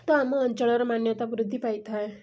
ତ ଆମ ଅଞ୍ଚଳର ମାନ୍ୟତା ବୃଦ୍ଧି ପାଇଥାଏ